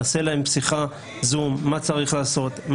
נעשה להם שיחת זום ובה נאמר מה צריך לעשות,